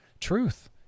Truth